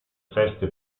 feste